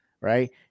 right